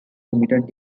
limited